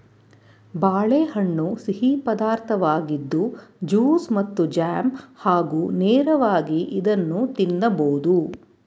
ಬಾಳೆಹಣ್ಣು ಸಿಹಿ ಪದಾರ್ಥವಾಗಿದ್ದು ಜ್ಯೂಸ್ ಮತ್ತು ಜಾಮ್ ಹಾಗೂ ನೇರವಾಗಿ ಇದನ್ನು ತಿನ್ನಬೋದು